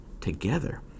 together